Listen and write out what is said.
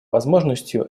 возможностью